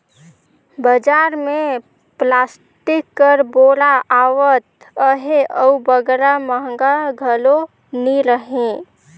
बजार मे पलास्टिक कर बोरा आवत अहे अउ बगरा महगा घलो नी रहें